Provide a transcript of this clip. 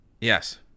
Yes